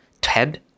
TED